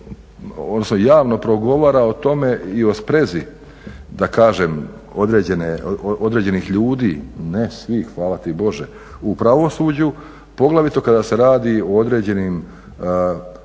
odnosno javno progovara o tome i o sprezi da kažem određenih ljudi, ne svih hvala ti Bože u pravosuđu poglavito kada se radi o određenim